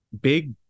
big